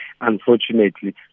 unfortunately